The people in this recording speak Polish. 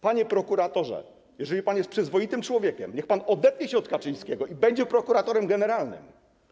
Panie prokuratorze, jeżeli pan jest przyzwoitym człowiekiem, niech pan odetnie się od Kaczyńskiego i będzie prokuratorem generalnym.